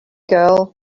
girl